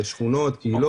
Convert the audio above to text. שכונות, קהילות.